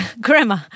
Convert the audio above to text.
Grandma